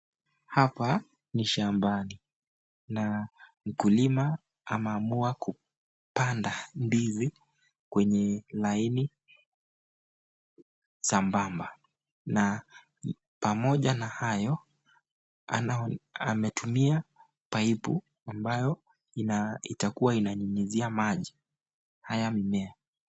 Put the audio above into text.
Hapa ni shambani, na mkulima ameamua kupanda ndizi, kwenye laini sabamba, na pamoja na hayo, ametumia paipu ambayo itakuwa inanyunyizia maji haya mimea.